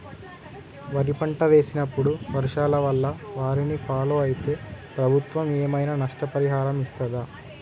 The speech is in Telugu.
వరి పంట వేసినప్పుడు వర్షాల వల్ల వారిని ఫాలో అయితే ప్రభుత్వం ఏమైనా నష్టపరిహారం ఇస్తదా?